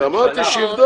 אמרתי שיבדוק.